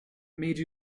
made